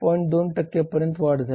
2 पर्यंत वाढ झाली आहे